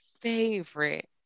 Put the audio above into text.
favorite